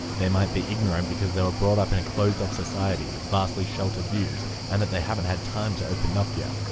they might be ignorant because they were brought up in a closed-off society with vastly sheltered views and they haven't had time to open up yet.